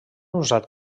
usat